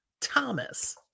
Thomas